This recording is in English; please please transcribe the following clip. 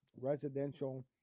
residential